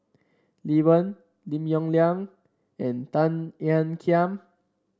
Lee Wen Lim Yong Liang and Tan Ean Kiam